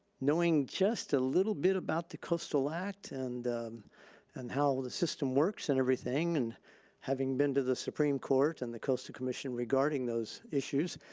knowing just a little bit about the coastal act and and how the system works and everything and having been to the supreme court and the coastal commission regarding those issues,